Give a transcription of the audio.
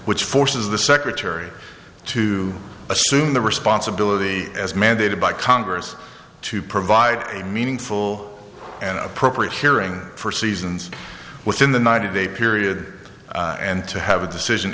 which forces the secretary to assume the responsibility as mandated by congress to provide a meaningful and appropriate hearing for seasons within the ninety day period and to have a decision